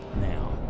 now